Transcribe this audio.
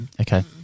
Okay